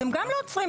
אתם גם לא עוצרים.